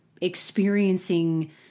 experiencing